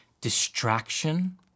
Distraction